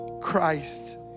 Christ